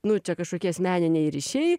nu čia kažkokie asmeniniai ryšiai